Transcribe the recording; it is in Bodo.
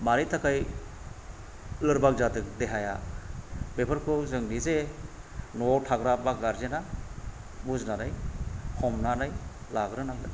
मानि थाखाय लोरबां जादों देहाया बेफोरखौ जों निजे न'आव थाग्रा बा गारजेना बुजिनानै हमनानै लाग्रोनांगोन